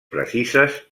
precises